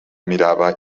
mirava